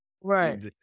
Right